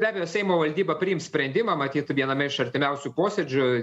be abejo seimo valdyba priims sprendimą matyt viename iš artimiausių posėdžių